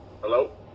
Hello